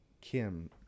Kim